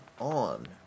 on